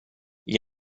gli